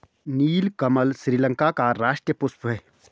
नीलकमल श्रीलंका का राष्ट्रीय पुष्प है